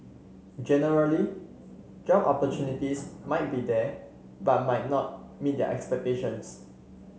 generally job opportunities might be there but might not meet their expectations